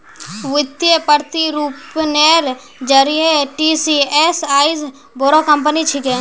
वित्तीय प्रतिरूपनेर जरिए टीसीएस आईज बोरो कंपनी छिके